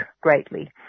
greatly